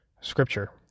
Scripture